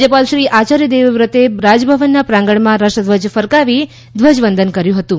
રાજ્યપાલ શ્રી આચાર્ય દેવવ્રતે રાજભવનના પ્રાંગણમાં રાષ્ટ્રધ્વજ ફરકાવી ધ્વજવંદન કર્યું હતું